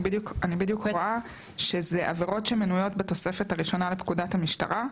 אני בדיוק רואה שאלה עבירות שמנויות בתוספת הראשונה לפקודות המשטרה.